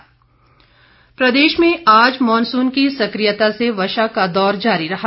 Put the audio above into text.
मौसम प्रदेश मे आज मॉनसून की सक्रियता से वर्षा का दौर जारी रहा